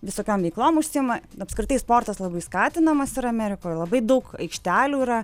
visokiom veiklom užsiima apskritai sportas labai skatinamas yra amerikoj labai daug aikštelių yra